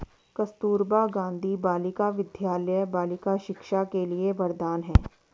कस्तूरबा गांधी बालिका विद्यालय बालिका शिक्षा के लिए वरदान है